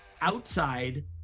outside